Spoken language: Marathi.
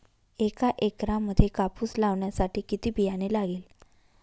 एका एकरामध्ये कापूस लावण्यासाठी किती बियाणे लागेल?